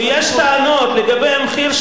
רק הזכרתי.